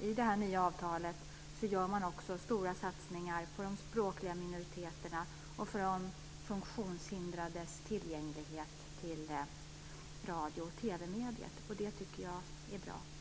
I det nya avtalet gör man stora satsningar på de språkliga minoriteterna och när det gäller de funktionshindrades tillgänglighet till radio och TV-mediet. Det tycker jag är bra.